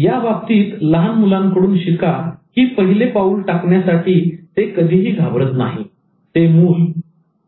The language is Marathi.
या बाबतीत लहान मुलांकडून शिका कि पहिले पाऊल टाकण्यासाठी ते कधीही घाबरत नाही ते मुल